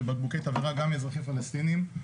ובקבוקי תבערה גם מאזרחים פלסטינים,